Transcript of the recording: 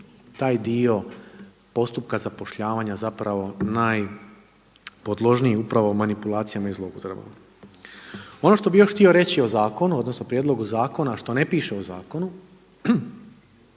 taj dio postupka zapošljavanja zapravo najpodložniji upravo manipulacijama i zloupotrebama. Ono što bih još htio reći o zakonu, odnosno prijedlogu zakona, a što ne piše u zakonu